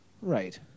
Right